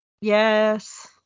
Yes